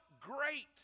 great